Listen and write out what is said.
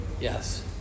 Yes